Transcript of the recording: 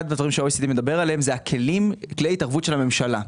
אחד מהדברים שה-OECD מדבר עליהם הוא כלי ההתערבות של הממשלה.